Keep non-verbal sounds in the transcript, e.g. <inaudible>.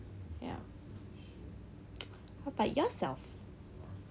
ya <noise> how about yourself